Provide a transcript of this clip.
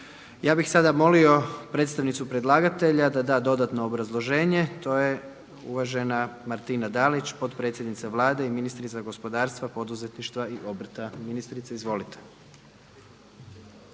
Ja bih sada molio predstavnicu predlagatelja da da dodatno obrazloženje, to je uvažena Martina Dalić potpredsjednica Vlade i ministrica gospodarstva, poduzetništva i obrta. Ministrice izvolite.